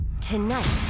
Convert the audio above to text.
Tonight